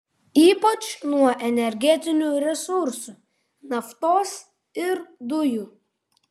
ypač nuo energetinių resursų naftos ir dujų